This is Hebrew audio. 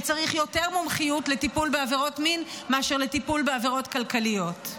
וצריך יותר מומחיות לטיפול בעבירות מין מאשר לטיפול בעבירות כלכליות.